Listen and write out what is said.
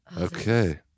Okay